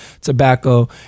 tobacco